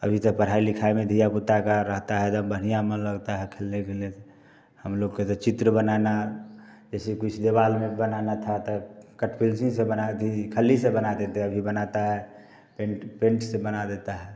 अभी तो पढ़ाई लिखाई में दिया बुता का रहता है तब बढ़िया मन लगता है खेलने के लिए हम लोग के तो चित्र बनाना जैसे कुछ दीवाल में बनाना था तो कट पेल्सिंग से बना दिए खली से बना देते अभी बनाता है पेंट पेंट से बना देता है